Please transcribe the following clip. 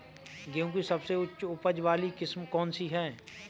गेहूँ की सबसे उच्च उपज बाली किस्म कौनसी है?